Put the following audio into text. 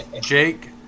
Jake